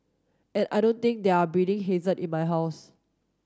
and I don't think there are breeding hazard in my house